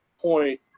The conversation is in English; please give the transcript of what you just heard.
Point